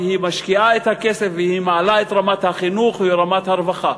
כי היא משקיעה את הכסף והיא מעלה את רמת החינוך ורמת הרווחה,